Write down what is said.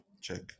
check